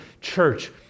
church